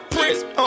Prince